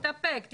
תתאפק.